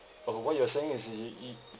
oh what you are saying is